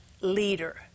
leader